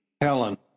Helen